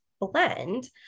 blend